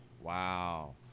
Wow